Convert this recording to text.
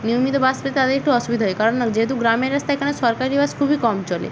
নিয়মিত বাস পেতে তাদের একটু অসুবিধা হয় কারণ যেহেতু গ্রামের রাস্তা এখানে সরকারি বাস খুবই কম চলে